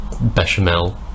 bechamel